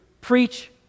preach